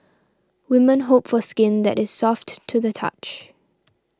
women hope for skin that is soft to the touch